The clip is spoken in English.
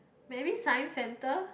maybe Science Center